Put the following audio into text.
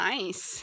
Nice